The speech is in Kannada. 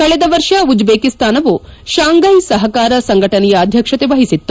ಕಳೆದ ವರ್ಷ ಉಜ್ಲೇಕಿಸ್ತಾನವು ಶಾಂಫ್ಲೆ ಸಹಕಾರ ಸಂಘಟನೆಯ ಅಧ್ವಕ್ಷತೆ ವಹಿಸಿತ್ತು